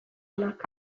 onak